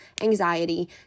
anxiety